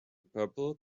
purple